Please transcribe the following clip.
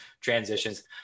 transitions